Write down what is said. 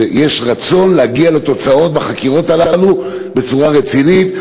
שיש רצון להגיע לתוצאות בחקירות הללו בצורה רצינית,